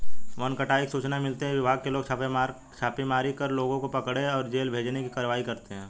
one कटाई की सूचना मिलते ही विभाग के लोग छापेमारी कर लोगों को पकड़े और जेल भेजने की कारवाई करते है